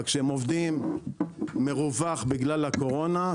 רק שהם עובדים מרווח בגלל הקורונה,